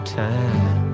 time